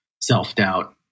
self-doubt